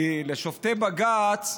כי שופטי בג"ץ,